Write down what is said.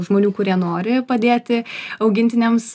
žmonių kurie nori padėti augintiniams